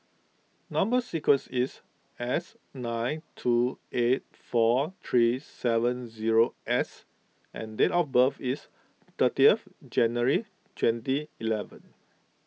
Number Sequence is S nine two eight four three seven zero S and date of birth is thirtieth January twenty eleven